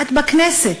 את בכנסת,